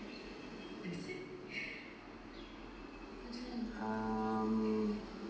um